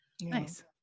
Nice